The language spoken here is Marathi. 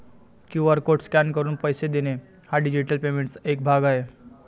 क्यू.आर कोड स्कॅन करून पैसे देणे हा डिजिटल पेमेंटचा एक भाग आहे